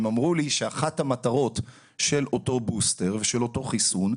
הם אמרו לי שאחת המטרות של אותו בוסטר ושל אותו חיסון,